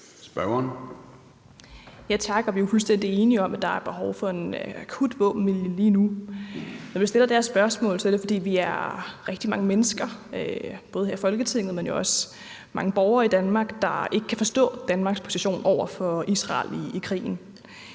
Olumeko (ALT): Tak. Vi er fuldstændig enige om, at der er behov for en akut våbenhvile lige nu. Når vi stiller det her spørgsmål, er det, fordi vi er rigtig mange mennesker både her i Folketinget, men jo også mange borgere i Danmark, der ikke kan forstå Danmarks position over for Israel i krigen.